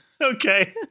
Okay